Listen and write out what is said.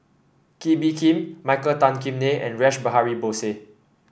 Kee Bee Khim Michael Tan Kim Nei and Rash Behari Bose